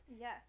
Yes